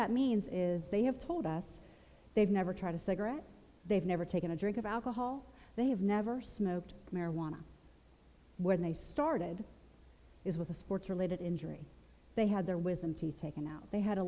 that means is they have told us they've never tried a cigarette they've never taken a drink of alcohol they have never smoked marijuana when they started is with a sports related injury they had their wisdom teeth taken out they had a